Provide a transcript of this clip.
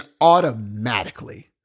automatically